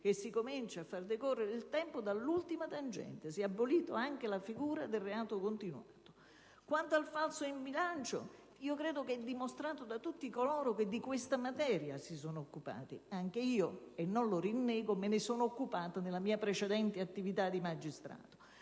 che si comincia a far decorrere il tempo dall'ultima tangente. Si è abolita anche la figura del reato continuato. Quanto al falso in bilancio, credo sia dimostrato da tutti coloro che di questa materia si sono occupati (anche io, e non lo rinnego, me ne sono occupata nella mia precedente attività di magistrato)